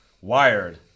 wired